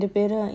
பெரு:peru